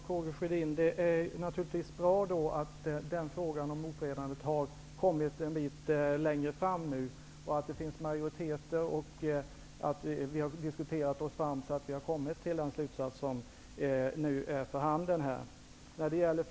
Herr talman! Det är naturligtvis bra att frågan om sexuellt ofredande nu har kommit ett stycke längre. Vi har diskuterat oss fram till den slutsats som det nu finns majoritet för.